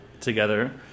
together